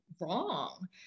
wrong